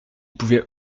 pouvait